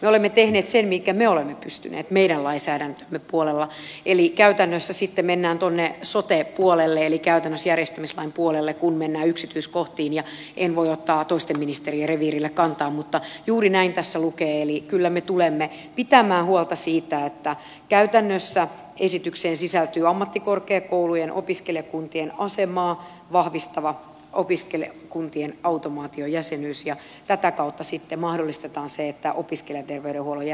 me olemme tehneet sen minkä me olemme pystyneet meidän lainsäädäntömme puolella eli käytännössä sitten mennään tuonne sote puolelle eli käytännössä järjestämislain puolelle kun mennään yksityiskohtiin enkä voi ottaa toisten ministerien reviirillä kantaa mutta juuri näin tässä lukee eli kyllä me tulemme pitämään huolta siitä että käytännössä esitykseen sisältyy ammattikorkeakoulujen opiskelijakuntien asemaa vahvistava opiskelijakuntien automaatiojäsenyys ja tätä kautta sitten mahdollistetaan se että opiskelijaterveydenhuollon